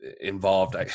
involved